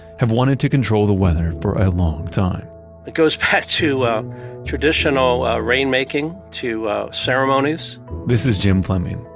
have wanted to control the weather for a long time it goes back to traditional rainmaking, to ceremonies this is jim fleming.